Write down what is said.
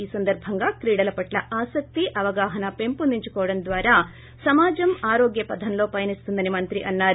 ఈ సందర్భంగా క్రిడల పట్ల ఆసక్తి అవగాహన పెంపొందించుకొవడం ద్వారా సమాజం ఆరోగ్య పధంలో పయనిస్తుందని మంత్రి అన్నారు